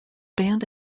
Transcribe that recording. band